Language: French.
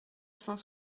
cent